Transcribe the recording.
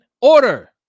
Order